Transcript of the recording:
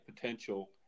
potential